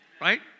Right